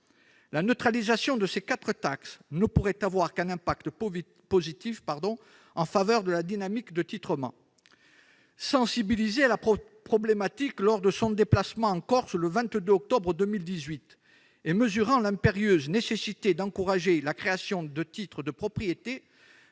La neutralisation de ces quatre taxes ne pourrait avoir qu'un impact positif en faveur de la dynamique de titrement. Sensibilisé au problème lors de son déplacement en Corse le 22 octobre 2018, et mesurant l'impérieuse nécessité d'encourager la création de titres de propriété,